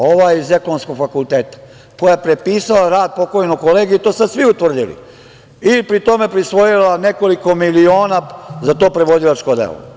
Ova iz Ekonomskog fakulteta, koja je prepisala rad pokojnog kolege i to su sad svi utvrdili, i pri tome prisvojila nekoliko miliona za to prevodilačko delo.